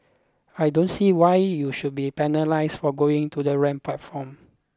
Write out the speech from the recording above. I don't see why you should be penalised for going to the wrong platform